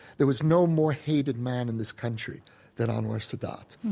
there was no more hated man in this country than anwar sadat.